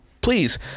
please